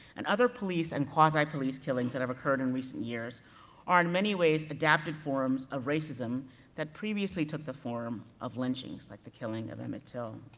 and other police, and quasi-police killings that have occurred in recent years are in many ways, adapted forms of racism that previously took the form of lynchings, like the killing of emmett till.